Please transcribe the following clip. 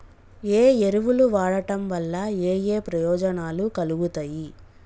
ఏ ఎరువులు వాడటం వల్ల ఏయే ప్రయోజనాలు కలుగుతయి?